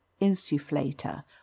insufflator